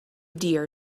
deer